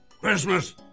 Christmas